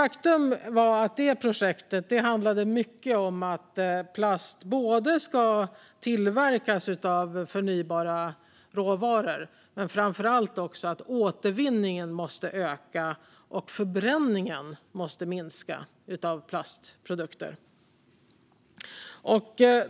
Faktum är att projektet handlade både om att plast ska tillverkas av förnybara råvaror och, framför allt, om att återvinningen måste öka och förbränningen minska när det gäller plastprodukter.